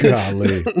Golly